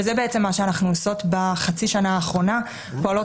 וזה מה שאנחנו עושות בחצי השנה האחרונה פועלות